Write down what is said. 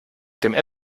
dem